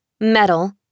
metal